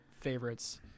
favorites